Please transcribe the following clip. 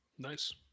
Nice